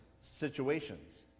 situations